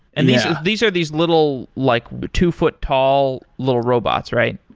and these these are these little like two foot tall little robots, right?